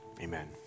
amen